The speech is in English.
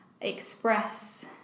express